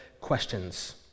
questions